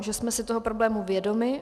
Že jsme si toho problému vědomi.